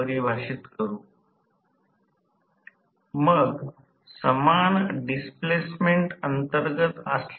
तर हा x 2 r2 S is r2 S x 2 हे j x m सह समांतर आहे